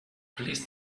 please